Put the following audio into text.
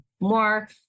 more